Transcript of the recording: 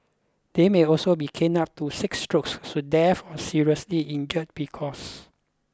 they may also be caned up to six strokes should death or seriously injury be caused